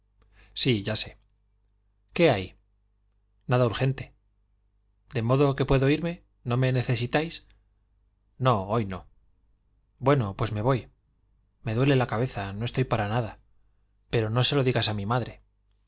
sí ya sé qué hay nada urgente de modo que puedo irme no me necesitáis no hoy no bueno pues me voy me duele la cabeza no estoy para nada pero no se lo digas a mi madre